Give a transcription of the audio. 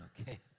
Okay